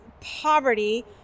poverty